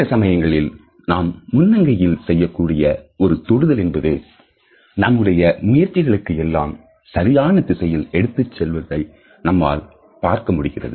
சில சமயங்களில் நாம் முன்னங்கையில் செய்யக்கூடிய ஒரு தொடுதல் என்பது நம்முடைய முயற்சிகளெல்லாம் சரியான திசையில் எடுத்துச் செல்வதை நம்மால் பார்க்க முடிகிறது